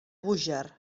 búger